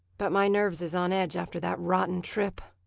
but my nerves is on edge after that rotten trip.